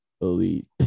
elite